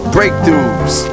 Breakthroughs